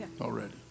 Already